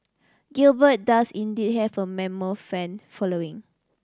Gilbert does indeed have a mammoth fan following